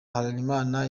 harerimana